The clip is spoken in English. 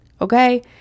Okay